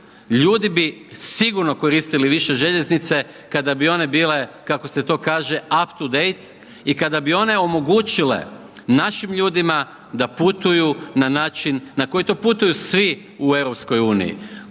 ljudi bi sigurno koristili više željeznice, kada bi one bile kako se to kaže, up to date i kada bi one omogućile našim ljudima, da putuju na način, na koji to putuju svi u EU,